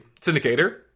syndicator